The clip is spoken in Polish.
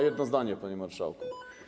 Jedno zdanie, panie marszałku.